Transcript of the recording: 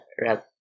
red